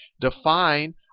define